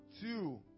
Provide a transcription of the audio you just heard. two